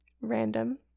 Random